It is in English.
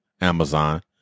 Amazon